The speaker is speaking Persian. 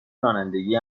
رانندگی